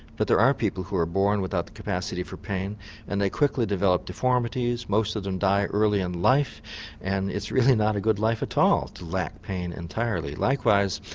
but there are people who are born without the capacity for pain and they quickly develop deformities, most of them die early in life and it's really not a good life at all to lack pain entirely. likewise,